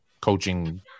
coaching